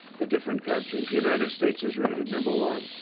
the different countries. united states is rated number one,